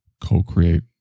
co-create